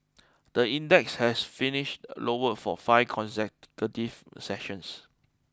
the index has finished lower for five consecutive sessions